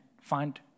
find